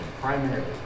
primarily